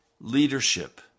leadership